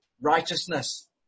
righteousness